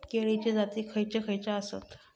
केळीचे जाती खयचे खयचे आसत?